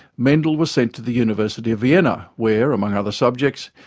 mendel was sent to the university of vienna where, among other subjects,